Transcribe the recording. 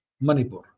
Manipur